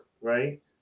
right